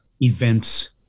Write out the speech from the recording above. events